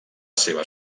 seva